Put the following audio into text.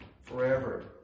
forever